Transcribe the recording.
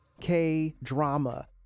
K-drama